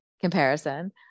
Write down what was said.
comparison